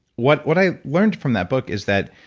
what what i learned from that book is that,